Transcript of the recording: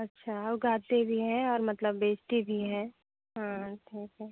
अच्छा उगाते भी हैं और मतलब बेचते भी हैं हाँ ठीक है